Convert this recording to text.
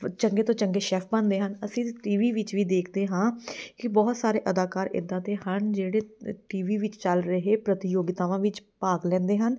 ਚੰਗੇ ਤੋਂ ਚੰਗੇ ਸ਼ੈੱਫ ਬਣਦੇ ਹਨ ਅਸੀਂ ਟੀ ਵੀ ਵਿੱਚ ਵੀ ਦੇਖਦੇ ਹਾਂ ਕਿ ਬਹੁਤ ਸਾਰੇ ਅਦਾਕਾਰ ਇੱਦਾਂ ਦੇ ਹਨ ਜਿਹੜੇ ਟੀ ਵੀ ਵਿੱਚ ਚੱਲ ਰਹੇ ਪ੍ਰਤੀਯੋਗਿਤਾਵਾਂ ਵਿੱਚ ਭਾਗ ਲੈਂਦੇ ਹਨ